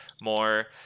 more